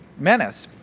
menace.